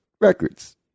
records